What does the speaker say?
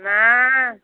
না